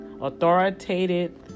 authoritative